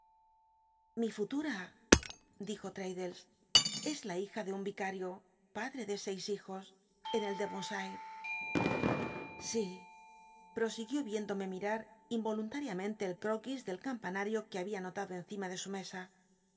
mi futura dijo tmddles es la hija de un c irio padre de seis hijos en el dcvonshitc si prosiguió viéndome mir u im oluntariamentc el ci'oquis del c mpanario que babia notado cncim t de su mesa